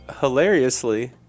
hilariously